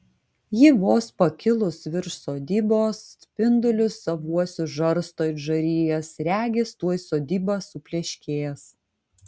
ji vos pakilus virš sodybos spindulius savuosius žarsto it žarijas regis tuoj sodyba supleškės